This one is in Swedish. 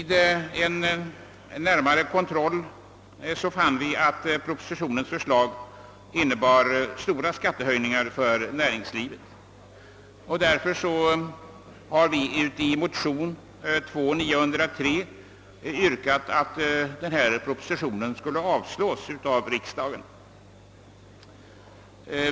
Därför har vi i motion nr 903 i denna kammare — en likalydande motion väcktes också i första kammaren — yrkat att propositionen skulle avslås av riksdagen.